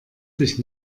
dich